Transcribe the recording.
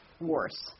worse